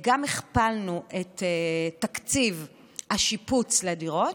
גם הכפלנו את תקציב השיפוץ לדירות,